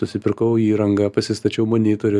susipirkau įrangą pasistačiau monitorių